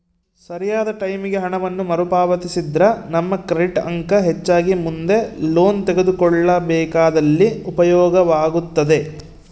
ಸರಿಯಾದ ಟೈಮಿಗೆ ಹಣವನ್ನು ಮರುಪಾವತಿಸಿದ್ರ ನಮ್ಮ ಕ್ರೆಡಿಟ್ ಅಂಕ ಹೆಚ್ಚಾಗಿ ಮುಂದೆ ಲೋನ್ ತೆಗೆದುಕೊಳ್ಳಬೇಕಾದಲ್ಲಿ ಉಪಯೋಗವಾಗುತ್ತದೆ